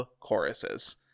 choruses